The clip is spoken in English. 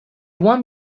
won